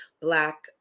Black